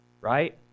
Right